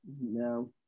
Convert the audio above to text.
No